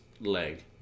leg